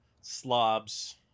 slobs